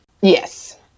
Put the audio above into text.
Yes